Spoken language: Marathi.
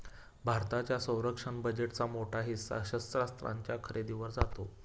भारताच्या संरक्षण बजेटचा मोठा हिस्सा शस्त्रास्त्रांच्या खरेदीवर जातो